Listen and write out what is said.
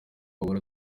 guhora